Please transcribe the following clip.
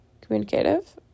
communicative